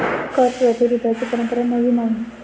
कर प्रतिरोधाची परंपरा नवी नाही